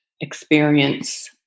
experience